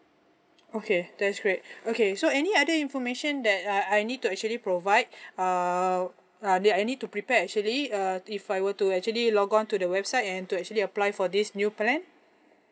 okay that's great okay so any other information that uh I need to actually provide err uh that I need to prepare actually uh if I were to actually log on to the website and to actually apply for this new plan